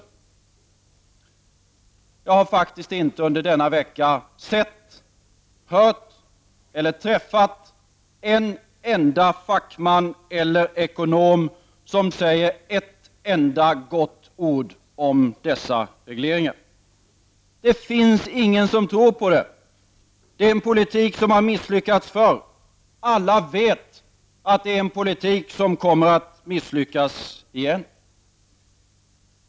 Under denna vecka har jag faktiskt varken sett, hört eller träffat en enda fackman eller ekonom som sagt ett enda gott ord om dessa regleringar. Ingen tror på detta! Det är en politik som har misslyckats förr. Alla vet att detta är en politik som kommer att misslyckas igen.